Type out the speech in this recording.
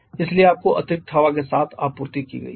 इसलिए आपको अतिरिक्त हवा के साथ आपूर्ति की गई है